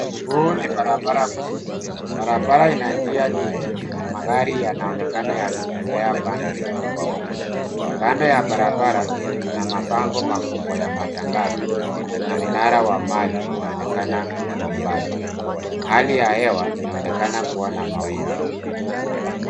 Huu ni barabara kuu, barabara ina njia nyingi na magari yanaonekana yakitembea pande zote mbili. Kando ya barabara kuna mabango makubwa ya matangazo na mnara wa maji unaonekana kwa umbali. Hali ya hewa inaonekana kuwa na mawingu.